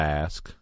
ask